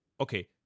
Okay